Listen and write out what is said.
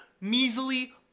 measly